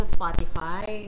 Spotify